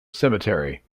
cemetery